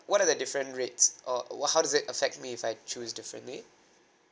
what are the different rates or wh~ how does it affect me if I choose differently